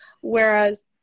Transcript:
Whereas